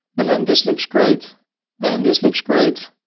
and then this looks great and this looks great.